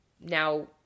Now